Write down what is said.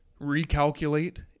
recalculate